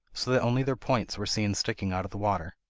so that only their points were seen sticking out of the water.